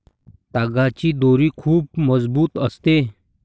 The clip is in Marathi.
तागाची दोरी खूप मजबूत असते